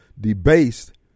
debased